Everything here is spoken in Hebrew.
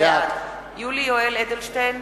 בעד יולי יואל אדלשטיין,